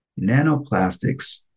nanoplastics